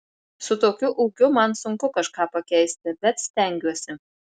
su tokiu ūgiu man sunku kažką pakeisti bet stengiuosi